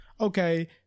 okay